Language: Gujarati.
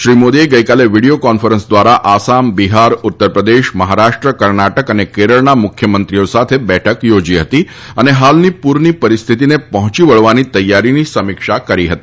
શ્રી મોદીએ ગઈકાલે વિડીયો કોન્ફરન્સ દ્વારા આસામ બિહાર ઉત્તર પ્રદેશ મહારાષ્ટ્ર કર્ણાટક અને કેરળના મુખ્યમંત્રીઓ સાથે બેઠક થોજી હતી અને હાલની પૂરની પરિસ્થિતિને પહોંચી વળવા તૈયારીની સમીક્ષા કરી હતી